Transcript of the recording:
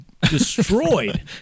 destroyed